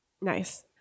Nice